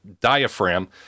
diaphragm